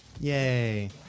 Yay